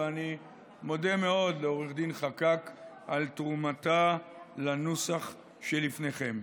ואני מודה מאוד לעו"ד חקק על תרומתה לנוסח שלפניכם.